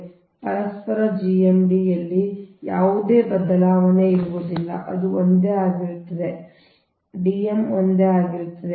ಆದ್ದರಿಂದ ಪರಸ್ಪರ GMD ಯಲ್ಲಿ ಯಾವುದೇ ಬದಲಾವಣೆ ಇರುವುದಿಲ್ಲ ಅದು ಒಂದೇ ಆಗಿರುತ್ತದೆ ಅಂದರೆ Dm ಒಂದೇ ಆಗಿರುತ್ತದೆ